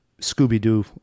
scooby-doo